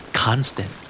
Constant